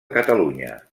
catalunya